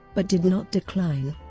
but did not decline.